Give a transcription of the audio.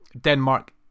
denmark